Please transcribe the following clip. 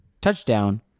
touchdown